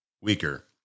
weaker